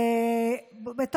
מה שתחליט,